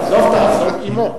עזוב תעזוב עמו.